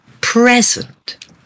present